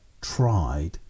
tried